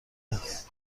است